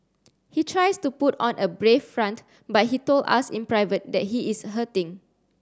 he tries to put on a brave front but he told us in private that he is hurting